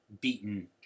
beaten